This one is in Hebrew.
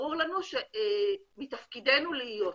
ברור לנו שמתפקידנו להיות שם.